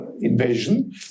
invasion